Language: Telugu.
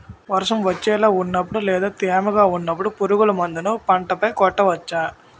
వర్షం వచ్చేలా వున్నపుడు లేదా తేమగా వున్నపుడు పురుగు మందులను పంట పై కొట్టవచ్చ?